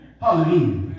Hallelujah